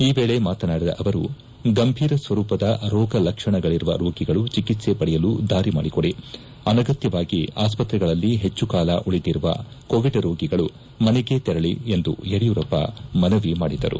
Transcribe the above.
ಈ ವೇಳೆ ಮಾತನಾಡಿದ ಅವರು ಗಂಭೀರ ಸ್ಸರೂಪದ ರೋಗಲಕ್ಷಣಗಳಿರುವ ರೋಗಿಗಳು ಚಿಕಿತ್ತೆ ಪಡೆಯಲು ದಾರಿ ಮಾಡಿಕೊಡಿ ಅನಗತ್ವವಾಗಿ ಆಸ್ಪತ್ರೆಗಳಲ್ಲಿ ಹೆಚ್ಚು ಕಾಲ ಉಳಿದಿರುವ ಕೋವಿಡ್ ರೋಗಿಗಳು ಮನೆಗೆ ತೆರಳಿ ಎಂದು ಯಡಿಯೂರಪ್ಪ ಮನವಿ ಮಾಡಿದರು